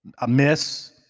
amiss